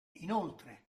inoltre